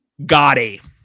gotti